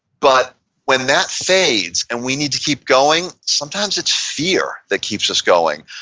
but when that fades and we need to keep going, sometimes it's fear that keeps us going.